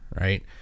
Right